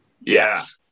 Yes